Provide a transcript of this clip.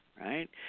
right